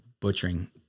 butchering